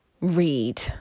read